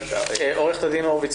עו"ד הורוביץ,